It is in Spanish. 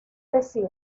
decir